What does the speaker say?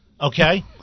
Okay